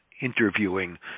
interviewing